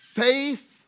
Faith